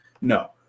No